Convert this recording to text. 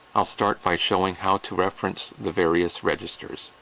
i'll start by showing how to reference the various registers.